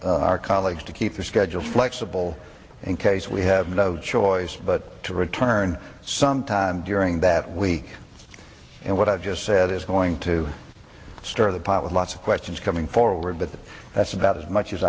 our colleagues to keep the schedule flexible in case we have no choice but to return sometime during that week and what i've just said is going to start the pot with lots of questions coming forward but that's about as much as